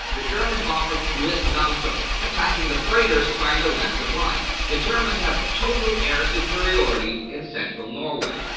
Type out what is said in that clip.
the german bombers blitz namsos, attacking the freighters trying to land supplies. the germans have total air superiority in central norway.